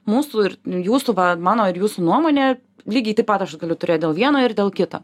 mūsų ir jūsų va mano ir jūsų nuomone lygiai taip pat aš galiu turėt dėl vieno ir dėl kito